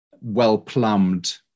well-plumbed